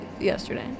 yesterday